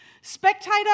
Spectator